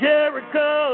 Jericho